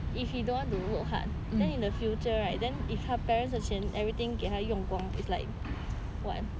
if he don't want to work hard then in the future right then if 他的 parents 的钱 everything 给他用光 it's like what